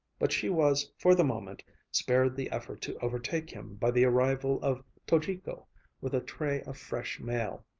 but she was for the moment spared the effort to overtake him by the arrival of tojiko with a tray of fresh mail.